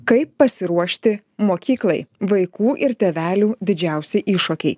kaip pasiruošti mokyklai vaikų ir tėvelių didžiausi iššūkiai